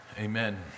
Amen